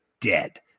dead